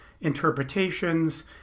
interpretations